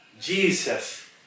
Jesus